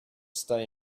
stay